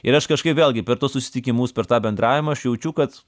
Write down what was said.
ir aš kažkaip vėlgi per tuos susitikimus per tą bendravimą aš jaučiu kad